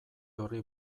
horri